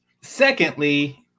secondly